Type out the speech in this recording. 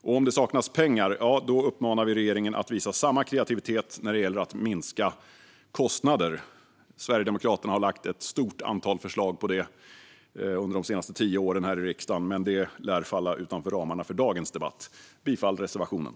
Och om det saknas pengar - ja, då uppmanar vi regeringen att visa samma kreativitet när det gäller att minska kostnader. Sverigedemokraterna har lagt fram ett stort antal förslag när det gäller detta under de senaste tio åren här i riksdagen, men det lär falla utanför ramarna för dagens debatt. Jag yrkar bifall till reservationen.